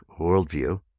worldview